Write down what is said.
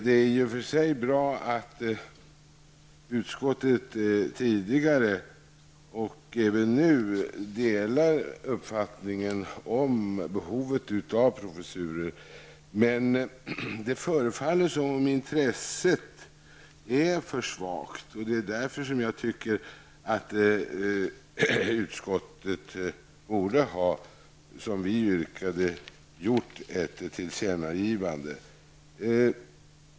Det är i och för sig bra att utskottet tidigare delade och även nu delar uppfattningen om behovet av professurer. Det förefaller dock som om intresset är för svagt. Jag tycker därför att utskottet borde, som vi yrkade, göra ett tillkännagivande.